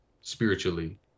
spiritually